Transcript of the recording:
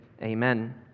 amen